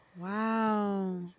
Wow